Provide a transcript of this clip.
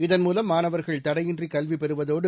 இதன்மூலம் மாணவா்கள் தடையின்றி கல்வி பெறுவதோடு